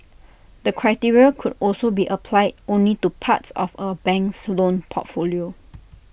the criteria could also be applied only to parts of A bank's loan portfolio